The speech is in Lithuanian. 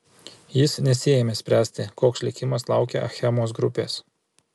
jis nesiėmė spręsti koks likimas laukia achemos grupės